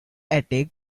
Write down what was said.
attic